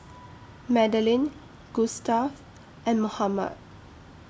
Madelyn Gustave and Mohamed